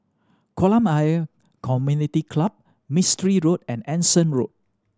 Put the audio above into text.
Kolam Ayer Community Club Mistri Road and Anson Road